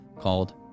called